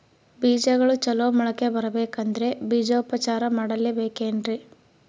ಬೇಜಗಳು ಚಲೋ ಮೊಳಕೆ ಬರಬೇಕಂದ್ರೆ ಬೇಜೋಪಚಾರ ಮಾಡಲೆಬೇಕೆನ್ರಿ?